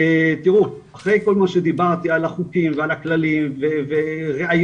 תראו אחרי כל מה שדיברתי על החוקים ועל הכללים וראיות,